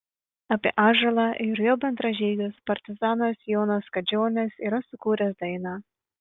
apie ąžuolą ir jo bendražygius partizanas jonas kadžionis yra sukūręs dainą